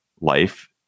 life